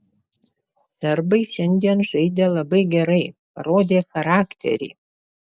serbai šiandien žaidė labai gerai parodė charakterį